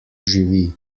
živi